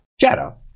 Shadow